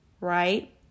Right